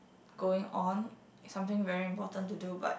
going on is something very important to do but